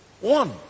One